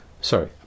sorry